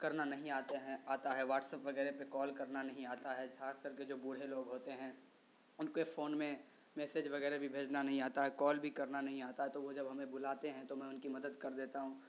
کرنا نہیں آتے ہیں آتا ہے واٹسپ وغیرہ پہ کال کرنا نہیں آتا ہے خاص کر کے جو بوڑھے لوگ ہوتے ہیں ان کے فون میں میسیج وغیرہ بھی بھیجنا نہیں آتا ہے کال بھی کرنا نہیں آتا ہے تو وہ جب ہمیں بلاتے ہیں تو میں ان کی مدد کر دیتا ہوں